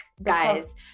guys